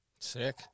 Sick